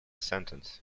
sentence